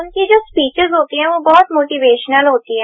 उनकी जो स्पीच्स होती हैं वो बहुत मोटिवेशनल होती हैं